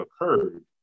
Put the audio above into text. occurred